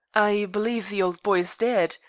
i believe the old boy is dead.